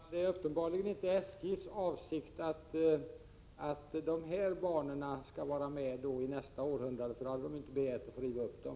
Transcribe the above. Fru talman! Det är uppenbarligen inte SJ:s avsikt att dessa banor skall vara med i nästa århundrade. Då hade SJ inte begärt att få riva upp dem.